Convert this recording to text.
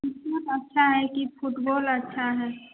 अच्छा है कि फुटबॉल अच्छा है